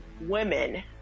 women